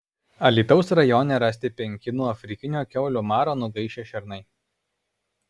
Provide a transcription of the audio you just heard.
alytaus rajone rasti penki nuo afrikinio kiaulių maro nugaišę šernai